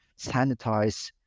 sanitize